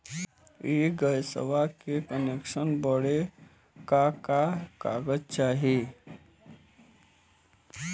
इ गइसवा के कनेक्सन बड़े का का कागज चाही?